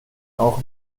auch